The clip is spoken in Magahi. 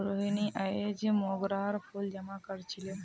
रोहिनी अयेज मोंगरार फूल जमा कर छीले